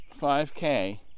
5K